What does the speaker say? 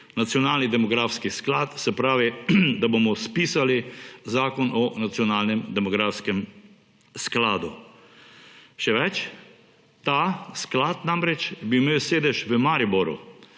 nacionalni demografski sklad, se pravi, da bomo spisali Zakon o nacionalnem demografskem skladu. Še več, ta sklad bi imel sedež v Mariboru,